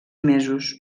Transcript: mesos